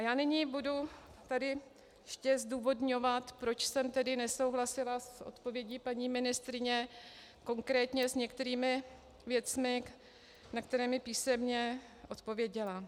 Já nyní budu tady ještě zdůvodňovat, proč jsem tedy nesouhlasila s odpovědí paní ministryně, konkrétně s některými věcmi, na které mi písemně odpověděla.